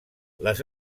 les